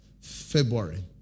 February